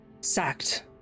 sacked